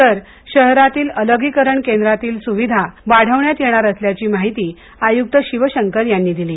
तर शहरातील अलगीकरण केंद्रातील सुविधा वाढविण्यात येणार असल्याची माहिती आयुक्त शिवशंकर यांनी दिली